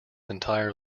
entire